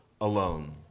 alone